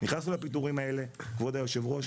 נכנסנו לפיטורים האלה כבוד היו"ר,